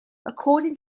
according